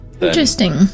Interesting